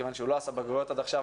כיוון שהוא לא עשה בגרויות עד עכשיו,